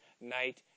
night